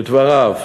לדבריו,